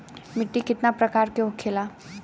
मिट्टी कितना प्रकार के होखेला?